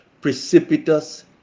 precipitous